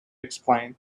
explain